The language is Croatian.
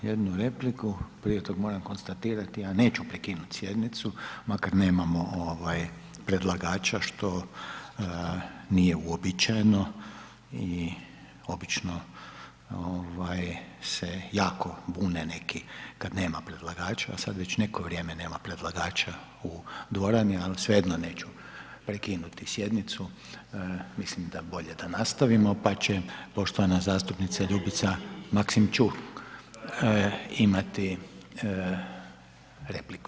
Imamo jednu repliku, prije tog moram konstatirati, a neću prekinuti sjednicu, makar nemamo ovaj predlagača što nije uobičajeno i obično ovaj se jako bune neki kad nema predlagača, a sad već neko vrijeme nema predlagača u dvorani, al svejedno neću prekinuti sjednicu, mislim da bolje da nastavimo pa će poštovana zastupnica Ljubica Maksimčuk imati repliku.